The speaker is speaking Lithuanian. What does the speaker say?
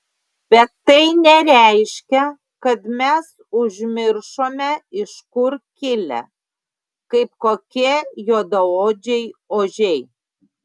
bet tai nereiškia kad mes užmiršome iš kur kilę kaip kokie juodaodžiai ožiai